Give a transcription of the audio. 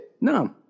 no